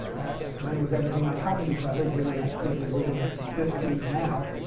ask when was everything on top of each other given that things are moving at the speed now.